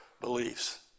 beliefs